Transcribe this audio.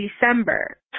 december